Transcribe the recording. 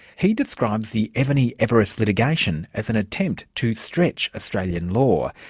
he describes the evony-everiss litigation as an attempt to stretch australian law.